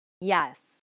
Yes